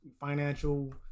financial